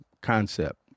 concept